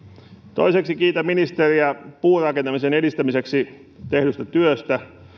toiseksi kiitän ministeriä puurakentamisen edistämiseksi tehdystä työstä